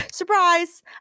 surprise